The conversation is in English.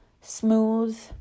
smooth